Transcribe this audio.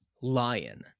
lion